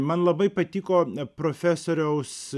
man labai patiko e profesoriaus